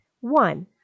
One